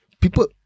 people